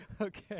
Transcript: Okay